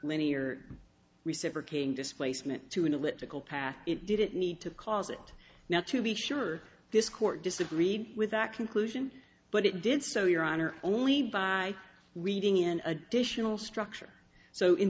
linear reciprocating displacement to an elliptical path it didn't need to cause it now to be sure this court disagreed with that conclusion but it did so your honor only by reading in additional structure so in